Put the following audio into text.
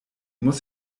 muss